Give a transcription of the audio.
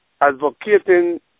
advocating